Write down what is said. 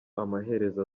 amaherezo